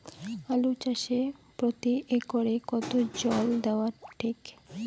আলু চাষে প্রতি একরে কতো জল দেওয়া টা ঠিক?